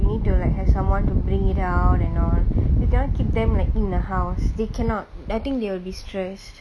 need to like have someone to bring it out and all you cannot keep them like in the house they cannot I think they will be stressed